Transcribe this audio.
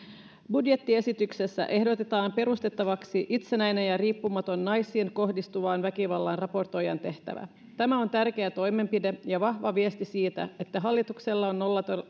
budjettiesityksessä ehdotetaan perustettavaksi itsenäinen ja riippumaton naisiin kohdistuvan väkivallan raportoijan tehtävä tämä on tärkeä toimenpide ja vahva viesti siitä että hallituksella on